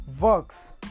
works